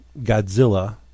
Godzilla